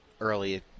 early